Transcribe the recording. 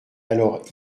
alors